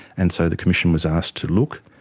and so the commission was asked to look,